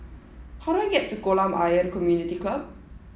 how do I get to Kolam Ayer Community Club